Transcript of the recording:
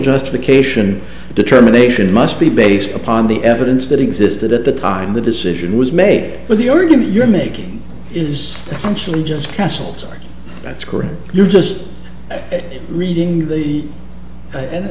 justification determination must be based upon the evidence that existed at the time the decision was made but the argument you're making is essentially just castle's that's correct you're just reading the